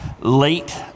late